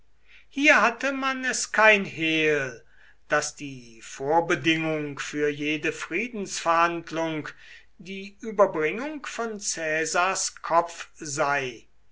hier hatte man es kein hehl daß die vorbedingung für jede friedensverhandlung die überbringung von caesars kopf sei